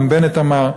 גם בנט אמר כך.